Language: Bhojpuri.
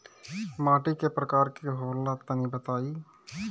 माटी कै प्रकार के होला तनि बताई?